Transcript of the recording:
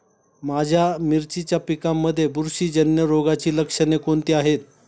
माझ्या मिरचीच्या पिकांमध्ये बुरशीजन्य रोगाची लक्षणे कोणती आहेत?